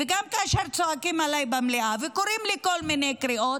וגם כאשר צועקים עליי במליאה וקוראים לי כל מיני קריאות,